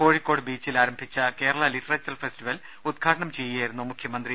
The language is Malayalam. കോഴിക്കോട് ബീച്ചിൽ ആരംഭിച്ച കേരള ലിറ്ററേച്ചർ ഫെസ്റ്റിവൽ ഉദ്ഘാടനം ചെയ്യുകയായിരുന്നു മുഖ്യമന്ത്രി